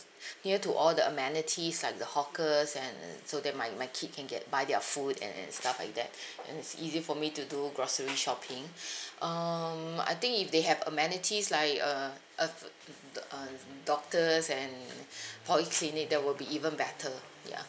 near to all the amenities like the hawkers and so that my my kid can get buy their food and and stuff like that and it's easier for me to do grocery shopping um I think if they have amenities like uh uh d~ uh doctors and polyclinic that will be even better ya